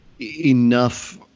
enough